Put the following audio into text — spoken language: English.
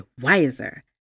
wiser